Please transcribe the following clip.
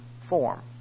form